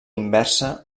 inversa